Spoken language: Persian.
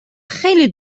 خیلی